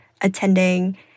attending